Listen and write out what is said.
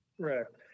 Correct